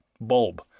bulb